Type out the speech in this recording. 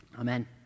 amen